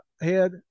head